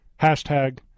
Hashtag